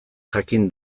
jakin